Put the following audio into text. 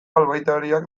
albaitariak